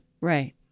Right